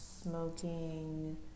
smoking